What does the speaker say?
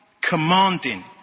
commanding